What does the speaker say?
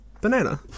Banana